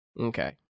Okay